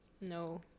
No